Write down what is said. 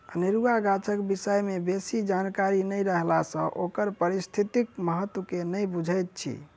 अनेरुआ गाछक विषय मे बेसी जानकारी नै रहला सँ ओकर पारिस्थितिक महत्व के नै बुझैत छी